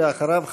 ואחריו,